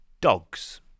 dogs